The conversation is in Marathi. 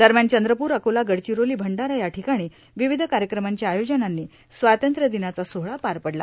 दरम्यान चंद्रपूर अकोला गडचिरोली भंडारा याठिकाणी विविध कार्यक्रमांच्या आयोजनांनी स्वातंत्र्यदिनाचा सोहळा पार पडला